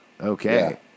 Okay